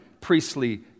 priestly